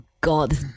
god